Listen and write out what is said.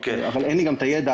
אבל אין לי את הידע.